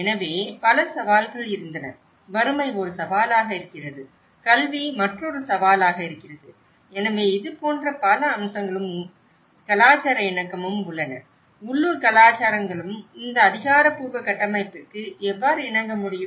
எனவே பல சவால்கள் இருந்தன வறுமை ஒரு சவாலாக இருக்கிறது கல்வி மற்றொரு சவாலாக இருக்கிறது எனவே இது போன்ற பல அம்சங்களும் உங்களுக்குத் தெரிந்த கலாச்சார இணக்கமும் உள்ளன உள்ளூர் கலாச்சாரங்களும் இந்த அதிகாரப்பூர்வ கட்டமைப்பிற்கு எவ்வாறு இணங்க முடியும்